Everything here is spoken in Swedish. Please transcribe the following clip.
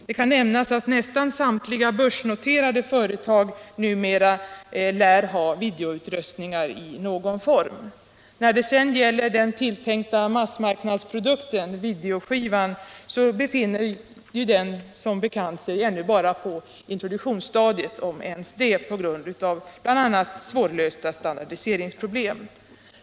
Det kan nämnas att nästan samtliga börsnoterade företag numera lär ha videoutrustningar i någon form. När det sedan gäller den tilltänkta massmarknadsprodukten — videoskivan — befinner sig den som bekant ännu bara på introduktionsstadiet, om ens det, bl.a. på grund av svårlösta standardiseringsproblem.